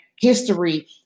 history